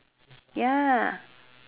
ya